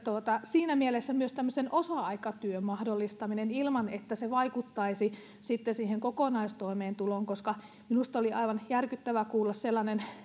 siinä mielessä tarvittaisiin myös osa aikatyön mahdollistaminen ilman että se vaikuttaisi siihen kokonaistoimeentuloon minusta oli aivan järkyttävää kuulla sellainen